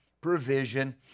provision